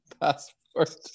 passport